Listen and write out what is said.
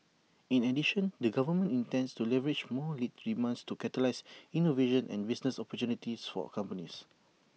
in addition the government intends to leverage more lead demand to catalyse innovation and business opportunities for A companies